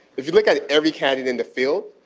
if you look at every candidate in the field,